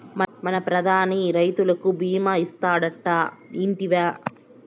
మన ప్రధాని రైతులకి భీమా చేస్తాడటా, ఇంటివా